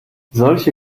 solche